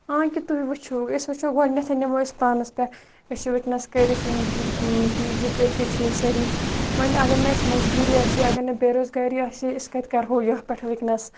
آ کہِ تُہۍ وٕچھو أسۍ وٕچھو گۄڈٕنٮ۪تھ نِمو أسۍ پانَس پٮ۪ٹھ أسۍ چھِ وٕنۍکٮ۪نَس کٔرِتھ پی جی کٔرۍ کٔرۍ چھِ أسۍ سٲری وۄنۍ اگر نہٕ اَسہِ مجبوٗری آسہِ ہے اَگَر نہٕ بےٚ روزگٲری آسہِ ہے أسۍ کَتہِ کَرہو یَتھ پٮ۪ٹھ وٕنۍکٮ۪نَس